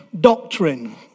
doctrine